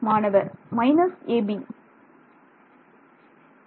மாணவர் minus − Ab